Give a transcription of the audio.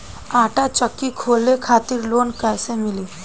आटा चक्की खोले खातिर लोन कैसे मिली?